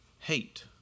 hate